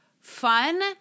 fun